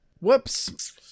Whoops